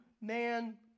man